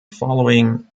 following